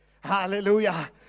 Hallelujah